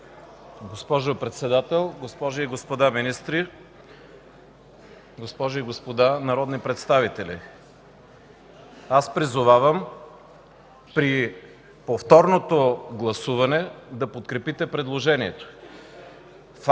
Госпожо Председател, госпожи и господа министри, госпожи и господа народни представители! Аз призовавам при повторното гласуване да подкрепите предложението.